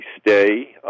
stay